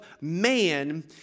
man